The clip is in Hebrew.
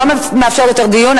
לא מאפשרת יותר דיון.